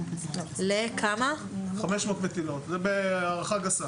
זאת הערכה גסה.